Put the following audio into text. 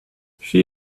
she